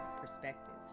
perspective